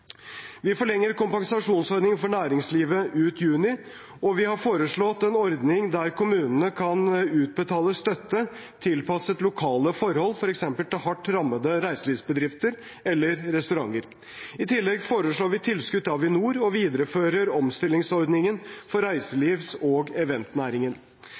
Vi forlenger kompensasjonsordningen for næringslivet ut juni, og vi har foreslått en ordning der kommunene kan utbetale støtte tilpasset lokale forhold, f.eks. til hardt rammede reiselivsbedrifter eller restauranter. I tillegg foreslår vi tilskudd til Avinor og viderefører omstillingsordningen for reiselivs- og eventnæringen.